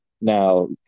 Now